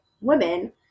women